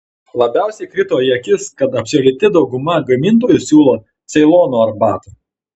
labiausiai krito į akis kad absoliuti dauguma gamintojų siūlo ceilono arbatą